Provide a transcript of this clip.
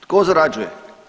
Tko zarađuje?